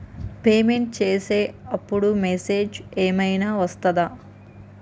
Payment చేసే అప్పుడు message ఏం ఐనా వస్తదా?